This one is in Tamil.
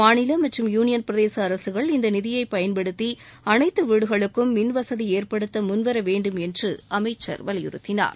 மாநில மற்றும் யூனியன் பிரதேச அரசுகள் இந்த நிதியை பயன்படுத்தி அனைத்து வீடுகளுக்கும் மின் வசதி ஏற்படுத்த முன்வர வேண்டும் என்று அமைச்சர் வலியுறுத்தினார்